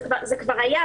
זה כבר היה,